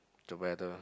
the weather